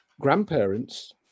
grandparents